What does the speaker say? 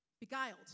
Beguiled